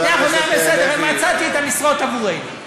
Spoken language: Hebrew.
בסדר, מצאתי את המשרות עבורנו.